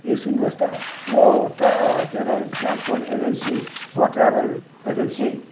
ए सुन्नुहोस् त यो टा के अरे ट्रान्सपोर्ट एजेन्सी हो ट्राभल एजेन्सी